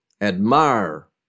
Admire